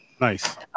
Nice